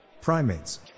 Primates